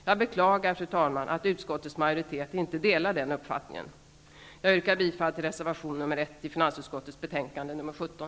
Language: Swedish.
Jag beklagar, fru talman, att utskottets majoritet inte delar den uppfattningen. Jag yrkar bifall till reservation nr 1 i finansutskottets betänkande nr 17.